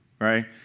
right